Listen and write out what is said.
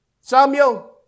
Samuel